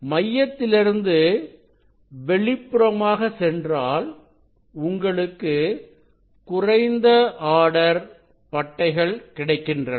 மையத்திலிருந்து வெளிப்புறமாக சென்றாள் உங்களுக்கு குறைந்த ஆர்டர் பட்டைகள் கிடைக்கிறது